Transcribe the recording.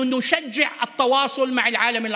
בחודש יולי.